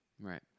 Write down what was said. Right